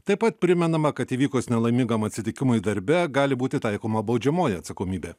taip pat primenama kad įvykus nelaimingam atsitikimui darbe gali būti taikoma baudžiamoji atsakomybė